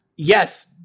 Yes